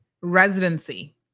residency